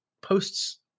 posts